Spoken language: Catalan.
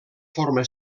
forma